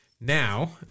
now